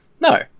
No